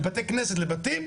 בבתי כנסת ובתים,